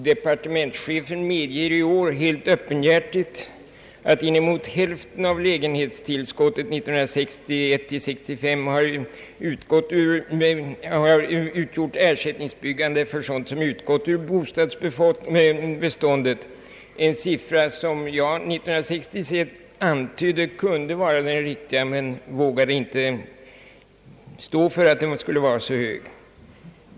Departementschefen medger nu helt öppenhjärtigt, att inemot hälften av lägenhetstillskottet 1961—1965 har utgjort ersättningsbyggande för sådant som utgått ur bostadsbeståndet — en proportion som jag 1966 antydde kunde vara den riktiga, ehuru jag inte vågade stå för att andelen skulle vara så stor.